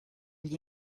gli